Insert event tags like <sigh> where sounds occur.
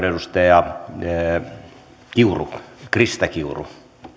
<unintelligible> edustaja krista kiuru